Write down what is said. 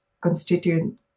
constituent